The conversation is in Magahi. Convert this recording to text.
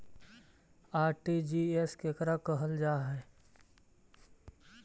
आर.टी.जी.एस केकरा कहल जा है?